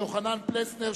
יוחנן פלסנר,